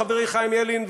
חברי חיים ילין,